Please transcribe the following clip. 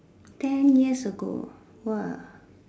ten years ago !wah!